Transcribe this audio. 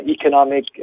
economic